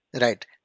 Right